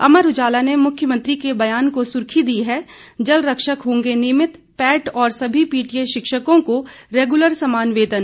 अमर उजाला ने मुख्यमंत्री के बयान को सुर्खी दी है जलरक्षक होंगे नियमित पैट और सभी पीटीए शिक्षकों को रेगुलर समान वेतन